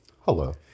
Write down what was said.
Hello